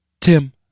Tim